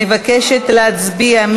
אני מבקשת להצביע.